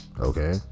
Okay